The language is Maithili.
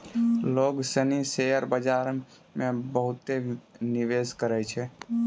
लोग सनी शेयर बाजार मे बहुते निवेश करै छै